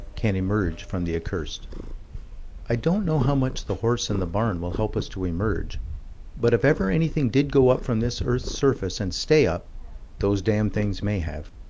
can emerge from the accursed. i don't know how much the horse and the barn will help us to emerge but, if ever anything did go up from this earth's surface and stay up those damned things may have